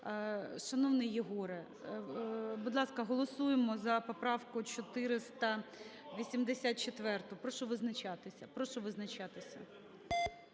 Шановний Єгоре, будь ласка, голосуємо за поправку 484. Прошу визначатися.